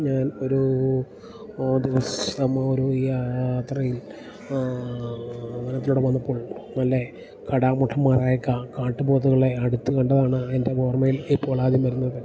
ഞാൻ ഒരു ഒരു ദിവസം ഒരു യാത്രയിൽ വനത്തിലൂടെ വന്നപ്പോൾ നല്ലെ കടാമുട്ടന്മാരായ കാട്ടു പോത്തുകളെ അടുത്ത് കണ്ടതാണ് എൻ്റെ ഓർമ്മയിൽ ഇപ്പോൾ ആദ്യം വരുന്നത്